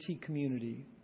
community